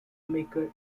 maker